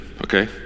Okay